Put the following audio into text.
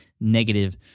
negative